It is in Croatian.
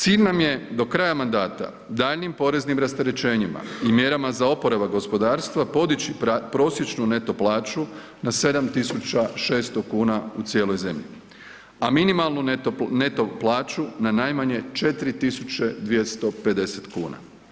Cilj nam je do kraja mandata daljnjim poreznim rasterećenjima i mjerama za oporavak gospodarstva podići prosječnu neto plaću na 7.600 kuna u cijeloj zemlji, a minimalnu neto plaću na najmanje 4.250 kuna.